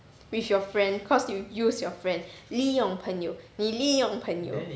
with your friend cause you use your friend 利用朋友你利用朋友